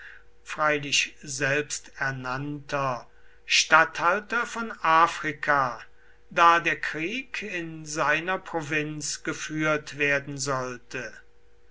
freilich selbsternannter statthalter von afrika da der krieg in seiner provinz geführt werden sollte